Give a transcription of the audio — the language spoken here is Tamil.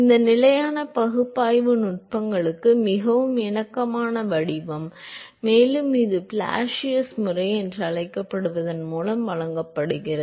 இந்த நிலையான பகுப்பாய்வு நுட்பங்களுக்கு மிகவும் இணக்கமான வடிவம் மேலும் இது பிளாசியஸ் முறை என அழைக்கப்படுவதன் மூலம் வழங்கப்படுகிறது